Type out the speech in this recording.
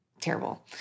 terrible